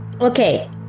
Okay